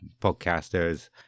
podcasters